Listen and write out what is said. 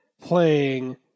playing